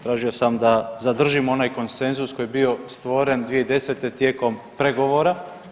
Tražio sam da zadržimo onaj konsenzus koji je bio stvoren 2010. tijekom pregovora.